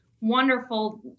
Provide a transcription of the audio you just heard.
wonderful